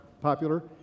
popular